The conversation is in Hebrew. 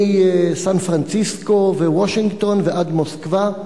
מסן-פרנסיסקו, וושינגטון ועד מוסקבה,